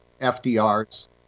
FDR's